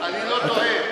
אני לא טועה.